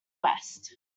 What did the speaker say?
west